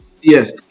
Yes